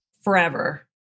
Forever